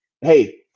hey